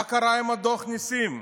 מה קרה עם דוח נסים?